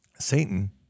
Satan